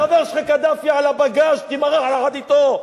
לך לחבר שלך קדאפי, על הבגאז' תימרח יחד אתו.